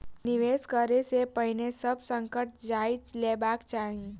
निवेश करै से पहिने सभ संकट जांइच लेबाक चाही